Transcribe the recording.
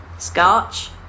Scotch